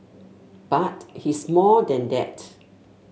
but he's more than that